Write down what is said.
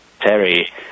terry